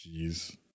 Jeez